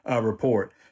report